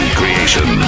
creation